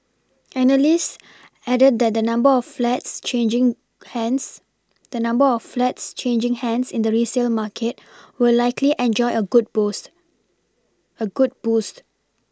analysts added that the number of flats changing hands the number of flats changing hands in the resale market will likely enjoy a good boos a good boost